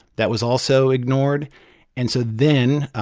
that was also ignored and so then,